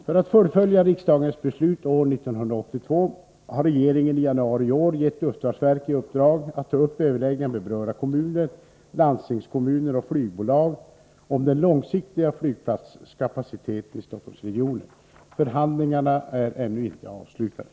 För att fullfölja riksdagens beslut år 1982 har regeringen i januari i år gett luftfartsverket i uppdrag att ta upp överläggningar med berörda kommuner, landstingskommuner och flygbolag om den långsiktiga flygplatskapaciteten i Stockholmsregionen. Förhandlingarna är ännu inte avslutade.